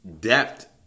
depth